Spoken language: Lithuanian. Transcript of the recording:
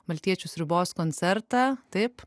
maltiečių sriubos koncertą taip